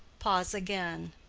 pause again.